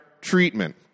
treatment